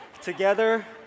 together